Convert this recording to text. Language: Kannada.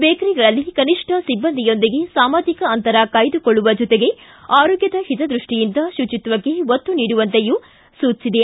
ಬೇಕರಿಗಳಲ್ಲಿ ಕನಿಷ್ಠ ಸಿಬ್ಬಂದಿಯೊಂದಿಗೆ ಸಾಮಾಜಿಕ ಅಂತರ ಕಾಯ್ದುಕೊಳ್ಳುವ ಜೊತೆಗೆ ಆರೋಗ್ಯದ ಹಿತದ್ಯಷ್ಟಿಯಿಂದ ಶುಚಿತ್ತಕ್ಕೆ ಒತ್ತು ನೀಡುವಂತೆಯೂ ಸೂಚಿಸಿದೆ